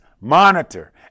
monitor